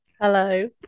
Hello